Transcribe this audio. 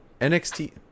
NXT